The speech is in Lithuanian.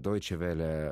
doičė velė